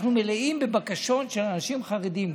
אנחנו מלאים בבקשות של אנשים חרדים,